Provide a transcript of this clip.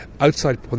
Outside